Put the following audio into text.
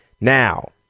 now